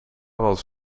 was